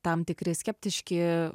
tam tikri skeptiški